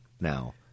now